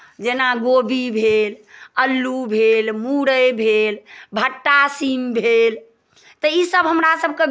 जेना गोभी भेल अल्लू भेल मुरइ भेल भट्टा सीम भेल तऽ ईसभ हमरासभके